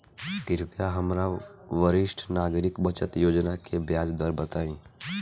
कृपया हमरा वरिष्ठ नागरिक बचत योजना के ब्याज दर बताई